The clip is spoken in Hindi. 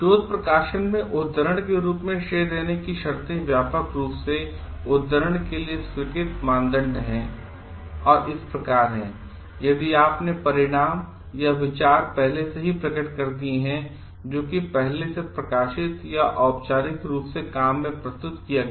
शोध प्रकाशन में उद्धरण के रूप में श्रेय देने की शर्तें व्यापक रूप से उद्धरण के लिए स्वीकृत मानदंड हैं और इस प्रकार हैं यदि आपने परिणाम या विचार पहले ही प्रकट कर दिए हैं जो कि पहले प्रकाशित या औपचारिक रूप से काम में प्रस्तुत किया गया